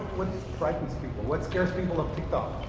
frightens people, what scares people of tiktok?